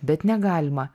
bet negalima